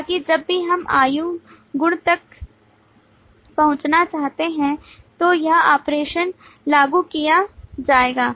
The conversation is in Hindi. ताकि जब भी हम आयु गुण तक पहुंचना चाहते हैं तो यह ऑपरेशन लागू किया जाएगा